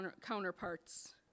counterparts